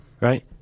right